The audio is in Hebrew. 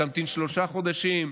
תמתין שלושה חודשים,